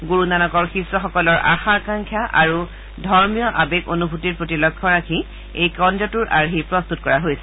গুৰু নানকৰ শিষ্যসকলৰ আশা আকাংক্ষা আৰু ধৰ্মীয় আৱেগ অনুভূতিৰ প্ৰতি লক্ষ্য ৰাখি এই কেন্দ্ৰটোৰ আৰ্হি প্ৰস্তত কৰা হৈছে